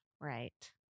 right